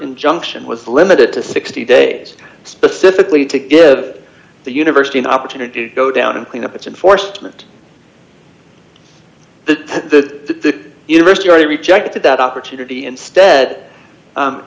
injunction was limited to sixty days specifically to give the university an opportunity to go down and clean up its enforcement the the university already rejected that opportunity instead